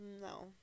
No